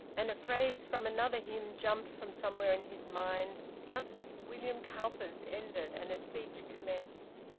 and a phrase from another hymn jumped from somewhere in his mind just as william cowper's ended and a speech commenced.